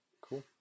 Cool